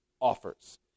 offers